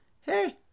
hey